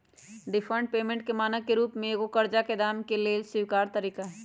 deferred payment के मानक के रूप में एगो करजा के दाम के लेल स्वीकार तरिका हइ